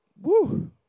Woo